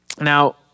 Now